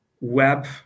web